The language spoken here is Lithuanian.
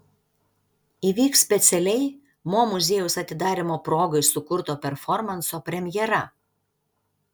įvyks specialiai mo muziejaus atidarymo progai sukurto performanso premjera